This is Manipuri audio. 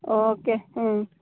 ꯑꯣꯀꯦ ꯎꯝ